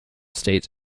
states